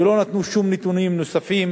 ולא נתנו שום נתונים נוספים.